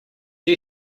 you